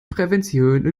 prävention